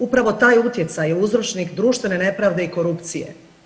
Upravo taj utjecaj je uzročnik društvene nepravde i korupcije.